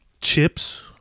chips